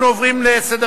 אנחנו עוברים לסעיף